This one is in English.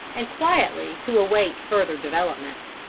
and quietly to await further developments.